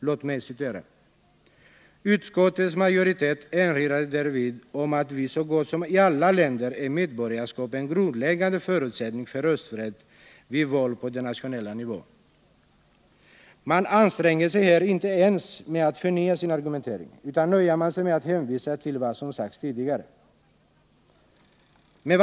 Låt mig citera: ”Utskottets majoritet erinrade därvid om att i så gott som alla länder är medborgarskapet en grundläggande förutsättning för rösträtt vid val på den nationella nivån.” Man anstränger sig här inte ens med att förnya sin argumentering, utan nöjer sig med att hänvisa till vad som sagts tidigare.